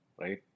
right